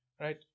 Right